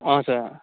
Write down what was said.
हजुर